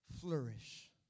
flourish